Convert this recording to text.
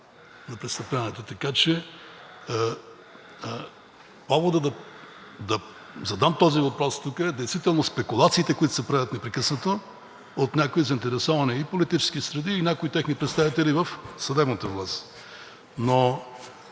на престъпленията. Поводът да задам този въпрос тук са действително спекулациите, които се правят непрекъснато от някои заинтересовани и политически среди и някои техни представители в съдебната власт, но